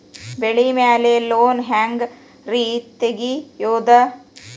ಬೆಳಿ ಮ್ಯಾಲೆ ಲೋನ್ ಹ್ಯಾಂಗ್ ರಿ ತೆಗಿಯೋದ?